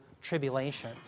tribulation